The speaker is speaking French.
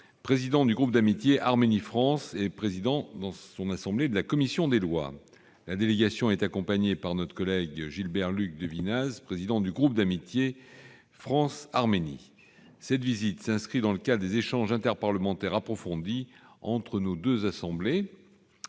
président du groupe d'amitié Arménie-France, président de la commission des lois. Elle est accompagnée par notre collègue Gilbert-Luc Devinaz, président du groupe d'amitié France-Arménie. Cette visite s'inscrit dans le cadre des échanges interparlementaires approfondis entre nos deux assemblées.